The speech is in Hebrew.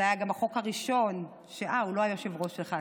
זה היה גם החוק הראשון, אה, הוא לא היושב-ראש שלך.